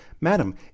Madam